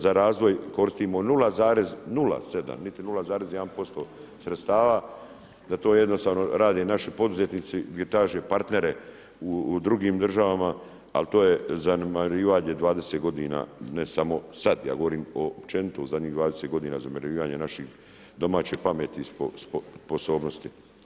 Za razvoj koristimo 0,07, niti 0,1% sredstava da to jednostavno rade naši poduzetnici gdje traže partnere u drugim državama, ali to je zanemarivanje 20 godina, ne samo sad, ja govorimo općenito u zadnjih 20 godine zanemarivanje naše domaće pameti i sposobnosti.